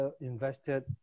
invested